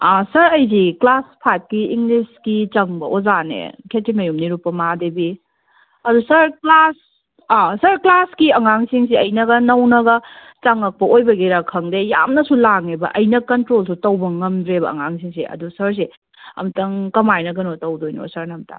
ꯑꯥ sir ꯑꯩꯗꯤ class ꯐꯥꯏꯕꯀꯤ ꯏꯪꯂꯤꯁꯀꯤ ꯆꯪꯕ ꯑꯣꯖꯥꯅꯦ ꯈꯦꯇ꯭ꯔꯤꯃꯌꯨꯝ ꯅꯤꯔꯨꯄꯃꯥ ꯗꯦꯕꯤ ꯑꯗꯨ ꯁꯥꯔ ꯀ꯭ꯂꯥꯁ ꯑꯥ ꯁꯥꯔ ꯀ꯭ꯂꯥꯁꯀꯤ ꯑꯉꯥꯡꯁꯤꯡꯁꯦ ꯑꯩꯅꯒ ꯅꯧꯅꯒ ꯆꯪꯂꯛꯄ ꯑꯣꯏꯕꯒꯤꯔꯥ ꯈꯪꯗꯦ ꯌꯥꯝꯅꯁꯨ ꯂꯥꯡꯉꯦꯕ ꯑꯩꯅ ꯀꯟꯇ꯭ꯔꯣꯜꯁꯨ ꯇꯧꯕ ꯉꯝꯗ꯭ꯔꯦꯕ ꯑꯉꯥꯡꯁꯤꯡꯁꯦ ꯑꯗꯨ ꯁꯥꯔꯁꯦ ꯑꯝꯇꯪ ꯀꯃꯥꯏꯅ ꯀꯩꯅꯣ ꯇꯧꯗꯣꯏꯅꯣ ꯁꯥꯔꯅ ꯑꯝꯇ